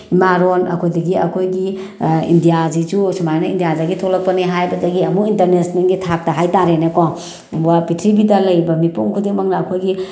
ꯏꯃꯥꯂꯣꯜ ꯑꯗꯒꯤ ꯑꯩꯈꯣꯏꯒꯤ ꯏꯟꯗꯤꯌꯥꯁꯤꯁꯨ ꯁꯨꯃꯥꯏꯅ ꯏꯟꯗꯤꯌꯥꯗꯒꯤ ꯊꯣꯛꯂꯛꯄꯅꯤ ꯍꯥꯏꯕꯗꯒꯤ ꯑꯃꯨꯛ ꯏꯟꯇꯔꯅꯦꯁꯅꯦꯜꯒꯤ ꯊꯥꯛꯇ ꯍꯥꯏ ꯇꯥꯔꯦꯅꯦꯀꯣ ꯄ꯭ꯔꯤꯊꯤꯕꯤꯗ ꯂꯩꯔꯤꯕ ꯃꯤꯄꯨꯝ ꯈꯨꯗꯤꯡꯃꯛꯅ ꯑꯩꯈꯣꯏꯒꯤ